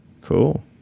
cool